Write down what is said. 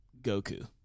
Goku